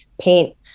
paint